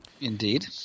Indeed